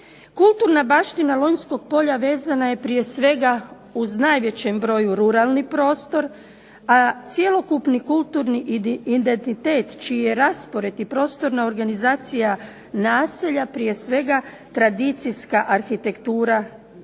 Kulturna baština Lonjskog polja vezna je prije svega uz najvećem broju ruralni prostor, a cjelokupni kulturni identitet čiji je raspored i prostorna organizacija naselja prije svega tradicijska arhitektura